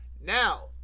Now